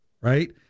right